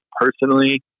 personally